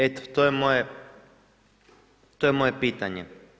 Eto, to je moje pitanje.